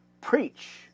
preach